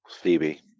Phoebe